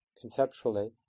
conceptually